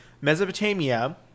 Mesopotamia